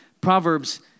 Proverbs